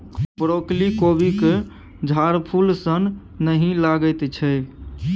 broccoli कोबीक झड़फूल सन नहि लगैत छै